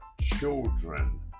children